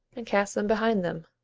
and cast them behind them.